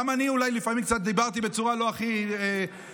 גם אני אולי לפעמים קצת דיברתי בצורה לא הכי יפה.